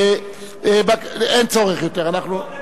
אדוני, אני רק מודיע,